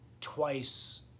twice